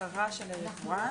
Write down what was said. שהיא לא מדויקת,